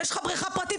יש לך בריכה פרטית?